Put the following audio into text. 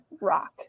rock